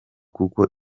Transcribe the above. kuko